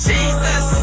Jesus